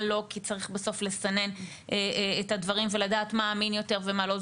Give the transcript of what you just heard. לא כי צריך בסוף לסנן את הדברים ולדעת מה אמין יותר ומה לא,